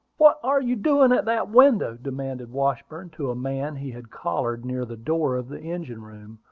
what are you doing at that window? demanded washburn, to a man he had collared near the door of the engine-room,